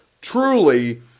truly